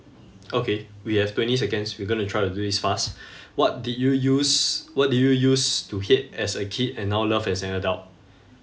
okay we have twenty seconds we're going to try to do this fast what did you use what did you use to hate as a kid and now love as an adult